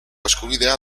eskubidea